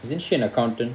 isn't she an accountant